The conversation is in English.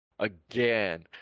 Again